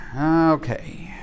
Okay